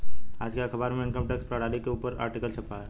आज के अखबार में इनकम टैक्स प्रणाली के ऊपर आर्टिकल छपा है